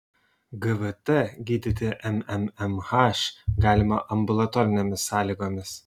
gvt gydyti mmmh galima ambulatorinėmis sąlygomis